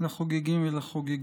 לחוגגים ולחוגגות.